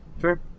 sure